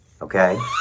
Okay